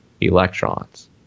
electrons